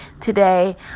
today